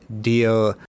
deal